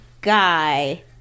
guy